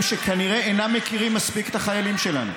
שכנראה אינם מכירים מספיק את החיילים שלנו,